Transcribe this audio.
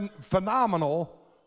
phenomenal